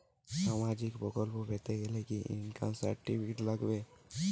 সামাজীক প্রকল্প পেতে গেলে কি ইনকাম সার্টিফিকেট লাগবে?